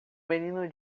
menino